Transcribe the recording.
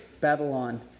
Babylon